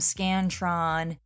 Scantron